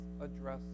address